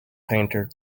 painter